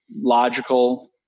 logical